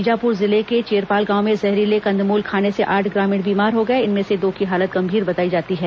बीजापुर जिले के चेरपाल गांव में जहरीले कंदमूल खाने से आठ ग्रामीण बीमार हो गए हैं इनमें से दो की हालत गंभीर बताई जाती है